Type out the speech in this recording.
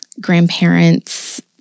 grandparents